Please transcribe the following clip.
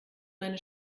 meine